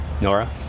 Nora